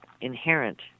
inherent